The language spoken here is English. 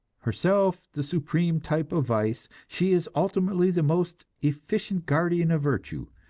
herself the supreme type of vice, she is ultimately the most efficient guardian of virtue.